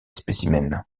spécimens